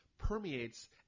Permeates